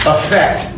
Effect